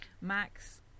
Max